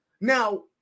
Now